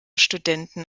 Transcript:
studenten